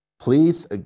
Please